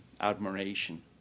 admiration